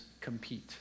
compete